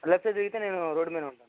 left side తిరిగితే నేను road మీదనే ఉంటాను